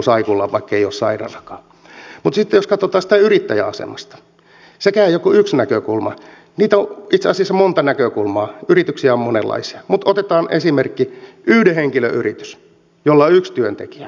mutta sitten jos katsotaan sitä yrittäjän asemasta sekään ei ole kuin yksi näkökulma niitä on itse asiassa monta näkökulmaa yrityksiä on monenlaisia mutta otetaan esimerkki otetaan yhden henkilön yritys jolla on yksi työntekijä